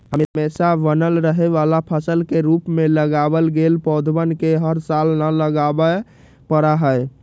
हमेशा बनल रहे वाला फसल के रूप में लगावल गैल पौधवन के हर साल न लगावे पड़ा हई